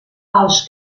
els